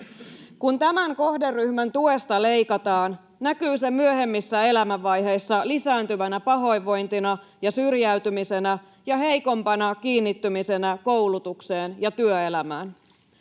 Kun tämän kohderyhmän tuesta leikataan, näkyy se myöhemmissä elämänvaiheissa lisääntyvänä pahoinvointina ja syrjäytymisenä ja heikompana kiinnittymisenä koulutukseen ja työelämään.